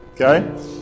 Okay